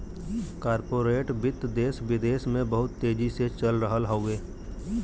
corporate वित्त देस विदेस में बहुत तेजी से चल रहल हउवे